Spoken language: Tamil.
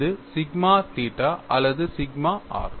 இது சிக்மா தீட்டா அல்லது சிக்மா r